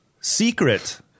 secret